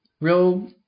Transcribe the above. real